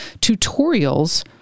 tutorials